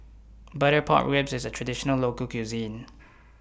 Butter Pork Ribs IS A Traditional Local Cuisine